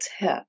tip